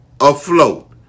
afloat